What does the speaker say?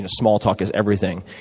ah small talk is everything.